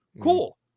Cool